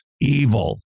evil